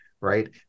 right